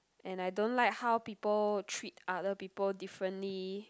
and I don't like how people treat other people differently